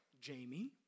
Jamie